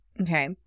Okay